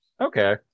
Okay